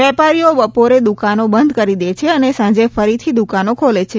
વેપારીઓ બપોરે દુકાનો બંધ કરી દે છે અને સાંજે ફરીથી દુકાનો ખોલે છે